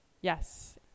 yes